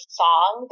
song